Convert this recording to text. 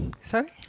Sorry